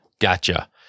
Gotcha